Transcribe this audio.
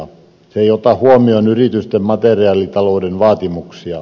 se ei ota huomioon yritysten materiaalitalouden vaatimuksia